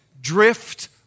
drift